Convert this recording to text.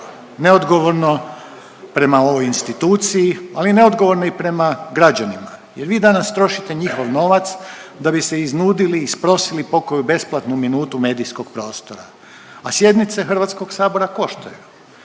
neodgovorno prema ovoj instituciji, ali neodgovorno i prema građanima jer vi danas trošite njihov novac da biste iznudili i isprosili pokoju besplatnu minutu medijskog prostora. A sjednice HS-a koštaju.